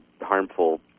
harmful